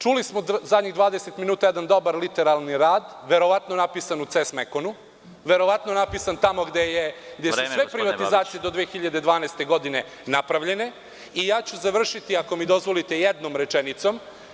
Čuli smo poslednjih 20 minuta jedan dobar literalni rad, verovatno napisan u „Ces Mekon“, verovatno napisan tamo gde su sve privatizacije do 2012. godine napravljene. (Predsedavajući: Vreme.) Završiću, ako mi dozvolite, jednom rečenicom.